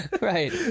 Right